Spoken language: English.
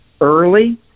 early